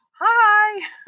Hi